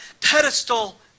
pedestal